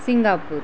Singapore